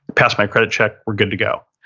pass my credit check. we're good to go.